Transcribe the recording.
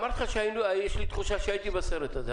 אמרתי לך שיש לי תחושה שכבר הייתי בסרט הזה.